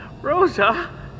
Rosa